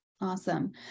Awesome